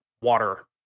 water